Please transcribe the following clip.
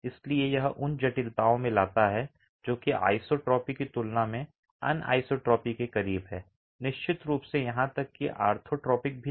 इसलिए यह उन जटिलताओं में लाता है जो कि आइसोट्रॉपी की तुलना में अनीसोट्रॉपी के करीब है निश्चित रूप से यहां तक कि ऑर्थोट्रोपिक भी नहीं